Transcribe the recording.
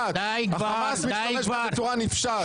החמאס משתמש בהם בצורה נפשעת.